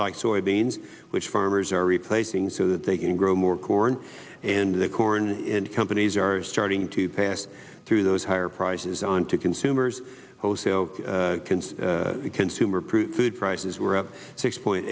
like soybeans which farmers are replacing so that they can grow more corn and the corn in companies are starting to pass through those higher prices on to consumers consider consumer proof prices were up six point